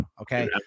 Okay